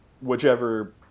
whichever